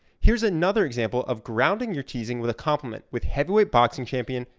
here's another example of grounding you're teasing with a compliment with heavyweight boxing champion,